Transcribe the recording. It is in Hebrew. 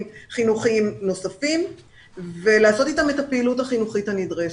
חינוכיים נוספים ולעשות אתם את הפעילות החינוכית הנדרשת.